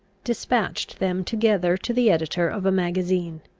despatched them together to the editor of a magazine.